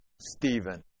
Stephen